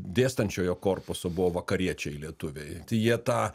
dėstančiojo korpuso buvo vakariečiai lietuviai tai jie tą